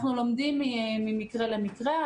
אנחנו לומדים ממקרה למקרה.